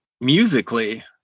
musically